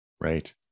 Right